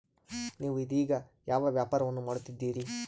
ನೇವು ಇದೇಗ ಯಾವ ವ್ಯಾಪಾರವನ್ನು ಮಾಡುತ್ತಿದ್ದೇರಿ?